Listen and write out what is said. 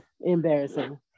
embarrassing